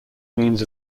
means